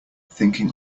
thinking